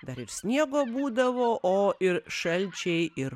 dar ir sniego būdavo o ir šalčiai ir